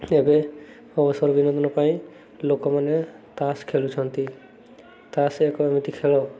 ଏବେ ଅବସର ବିନୋଦନ ପାଇଁ ଲୋକମାନେ ତାସ୍ ଖେଳୁଛନ୍ତି ତାସ୍ ଏକ ଏମିତି ଖେଳ